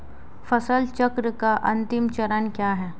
फसल चक्र का अंतिम चरण क्या है?